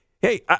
Hey